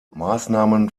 maßnahmen